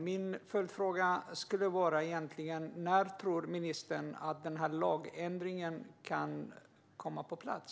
Min följdfråga är när ministern tror att lagändringen kan komma på plats.